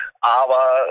aber